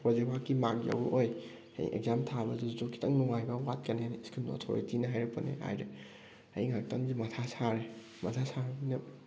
project ꯋꯥꯔꯛꯀꯤ mark ꯌꯥꯎꯔꯛꯑꯣꯏ ꯍꯌꯦꯡ ꯑꯦꯛꯖꯥꯝ ꯊꯥꯕꯗꯁꯨ ꯈꯤꯇꯪ ꯅꯨꯉꯥꯏꯕ ꯋꯥꯠꯀꯅꯤ ꯍꯥꯏꯅ ꯁ꯭ꯀꯨꯜ ꯑꯊꯣꯔꯤꯇꯤꯅ ꯍꯥꯏꯔꯛꯄꯅꯦ ꯍꯥꯏꯔꯦ ꯑꯩ ꯉꯥꯛꯇꯪꯁꯦ ꯃꯊꯥ ꯁꯥꯔꯦ ꯃꯊꯥ ꯁꯥꯔꯕꯅꯤꯅ